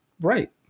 right